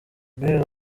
guhera